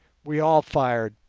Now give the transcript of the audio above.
we all fired,